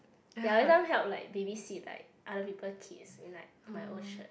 ya every time help like babysit like other people kids in my in my old church